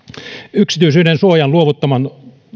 yksityisyydensuoja on